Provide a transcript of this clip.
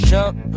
Jump